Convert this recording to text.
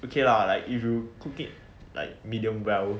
okay lah like if you cook it like medium well